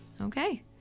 Okay